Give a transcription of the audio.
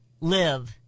live